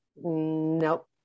nope